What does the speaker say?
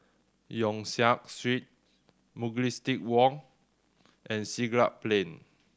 Yong Siak Street Mugliston Walk and Siglap Plain